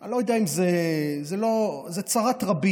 אני לא יודע אם זה, זו צרת רבים.